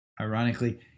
Ironically